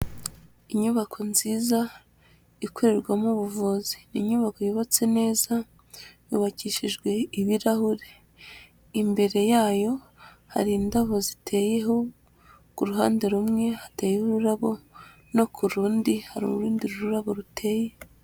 Inyubako nziza ikorerwamo ubuvuzi inyubako yubatse neza yubakishijwe ibirahuri, imbere yayo hari indabo ziteyeho ku ruhande rumwe hateye ururabo no ku rundi hari urundi rurabo ruteye.